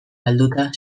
galduta